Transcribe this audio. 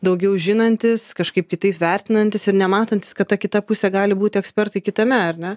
daugiau žinantis kažkaip kitaip vertinantis ir nematantis kad ta kita pusė gali būti ekspertai kitame ar ne